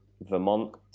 Vermont